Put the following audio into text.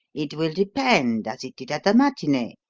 it will depend, as it did at the matinee.